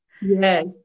Yes